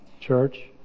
church